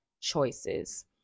choices